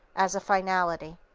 as a finality.